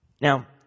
Now